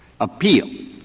appeal